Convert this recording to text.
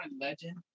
legend